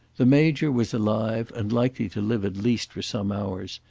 the major was alive, and likely to live at least for some hours,